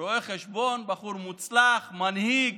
רואה חשבון, בחור מוצלח, מנהיג,